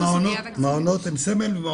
ויש על זה סוגיה תקציבית.